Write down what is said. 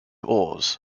ores